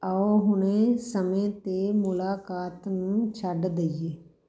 ਆਓ ਹੁਣੇ ਸਮੇਂ 'ਤੇ ਮੁਲਾਕਾਤ ਨੂੰ ਛੱਡ ਦੇਈਏ